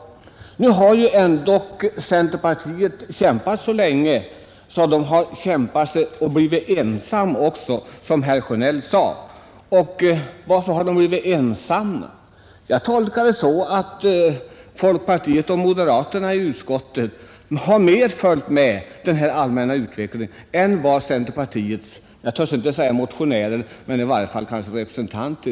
Centerpartiet har i alla fall kämpat så länge i denna fråga, att man t.o.m., som herr Sjönell sade, har blivit ensam i dessa strävanden. Varför har man då blivit ensam? Jag tolkar det så att folkpartiet och moderaterna i utskottet bättre följt med den allmänna utvecklingen än vad de centerpartistiska reservanterna i näringsutskottet gjort.